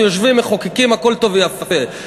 אנחנו יושבים, מחוקקים, הכול טוב ויפה.